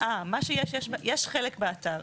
יש חלק באתר.